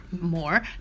more